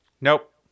Nope